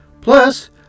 Plus